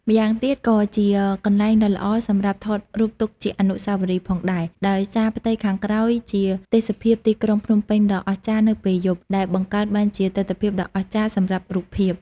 ម្យ៉ាងទៀត ក៏ជាកន្លែងដ៏ល្អសម្រាប់ថតរូបទុកជាអនុស្សាវរីយ៍ផងដែរ ដោយសារផ្ទៃខាងក្រោយជាទេសភាពទីក្រុងភ្នំពេញដ៏អស្ចារ្យនៅពេលយប់ ដែលបង្កើតបានជាទិដ្ឋភាពដ៏អស្ចារ្យសម្រាប់រូបភាព។